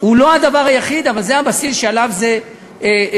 הוא לא הדבר היחיד אבל זה הבסיס שעליו זה מושתת.